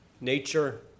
nature